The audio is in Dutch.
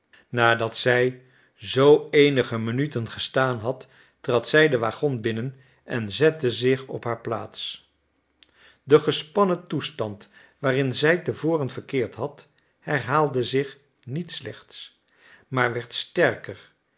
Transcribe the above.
nadat zij zoo eenige minuten gestaan had trad zij den waggon binnen en zette zich op haar plaats de gespannen toestand waarin zij te voren verkeerd had herhaalde zich niet slechts maar werd sterker